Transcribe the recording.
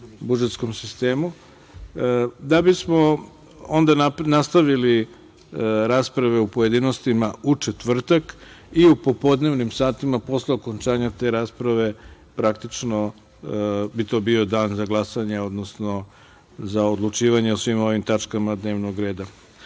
budžetskom sistemu. Onda bismo nastavili rasprave u pojedinostima u četvrtak i u popodnevnim satima, posle okončanja te rasprave bi to bio dan za glasanje, odnosno za odlučivanje o svim ovim tačkama dnevnog reda. Želeo